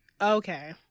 Okay